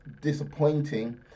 disappointing